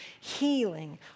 Healing